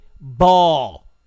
ball